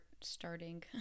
starting